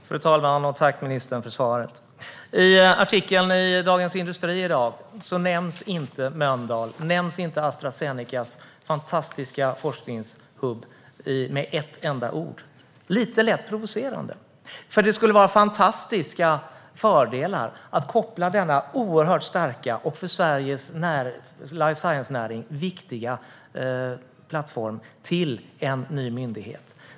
Fru talman! Tack, ministern, för svaret! I artikeln i Dagens industri i dag nämns inte Mölndal och Astra Zenecas fantastiska forskningshubb med ett enda ord. Det är lite lätt provocerande. Det skulle vara fantastiska fördelar med att koppla denna oerhört starka och för Sverige viktiga life science-plattform till en ny myndighet.